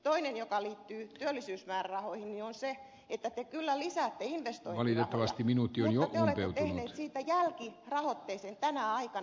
toinen ja se liittyy työllisyysmäärärahoihin on se että te kyllä lisäätte investointeja mutta te olette tehneet siitä jälkirahoitteisen tänä aikana